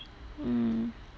mm